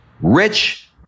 Rich